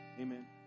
Amen